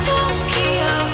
Tokyo